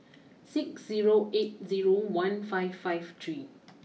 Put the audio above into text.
six zero eight zero one five five three